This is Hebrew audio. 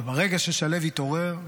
וברגע ששליו יתעורר,